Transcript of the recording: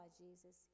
Jesus